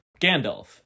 Gandalf